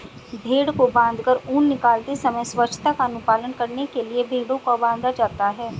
भेंड़ को बाँधकर ऊन निकालते समय स्वच्छता का अनुपालन करने के लिए भेंड़ों को बाँधा जाता है